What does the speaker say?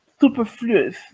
superfluous